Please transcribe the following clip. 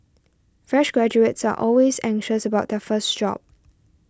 fresh graduates are always anxious about their first job